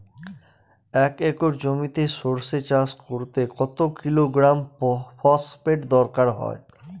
এক একর জমিতে সরষে চাষ করতে কত কিলোগ্রাম ফসফেট দরকার?